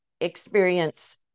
experience